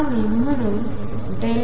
आणि म्हणून O0